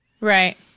Right